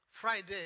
Friday